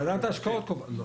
ועדת ההשקעות קובעת.